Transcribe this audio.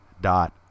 dot